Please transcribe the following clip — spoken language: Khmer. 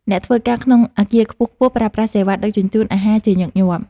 អ្នកធ្វើការក្នុងអគារខ្ពស់ៗ ប្រើប្រាស់សេវាដឹកជញ្ជូនអាហារជាញឹកញាប់។